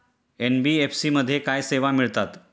NBFC मध्ये काय सेवा मिळतात?